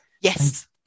Yes